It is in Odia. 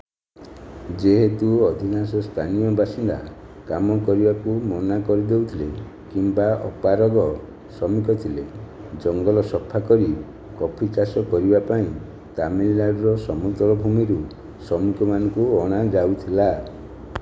ଯେହେତୁ ଅଧିକାଂଶ ସ୍ଥାନୀୟ ବାସିନ୍ଦା କାମ କରିବାକୁ ମନା କରିଦେଉଥିଲେ କିମ୍ବା ଅପାରଗ ଶ୍ରମିକ ଥିଲେ ଜଙ୍ଗଲ ସଫା କରି କଫି ଚାଷ କରିବା ପାଇଁ ତାମିଲନାଡ଼ୁର ସମତଳ ଭୂମିରୁ ଶ୍ରମିକମାନଙ୍କୁ ଅଣାଯାଉଥିଲା